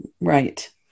Right